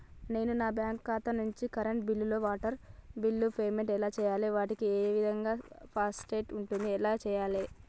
నేను నా బ్యాంకు ఖాతా నుంచి కరెంట్ బిల్లో వాటర్ బిల్లో పేమెంట్ ఎలా చేయాలి? వాటికి ఏ విధమైన ప్రాసెస్ ఉంటది? ఎలా చేయాలే?